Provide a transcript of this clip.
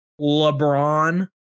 LeBron